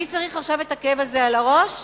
אני צריך עכשיו את הכאב הזה על הראש?